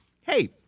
hey